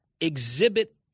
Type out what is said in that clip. exhibit